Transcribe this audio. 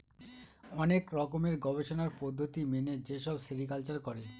অনেক রকমের গবেষণার পদ্ধতি মেনে যেসব সেরিকালচার করে